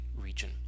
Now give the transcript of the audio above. region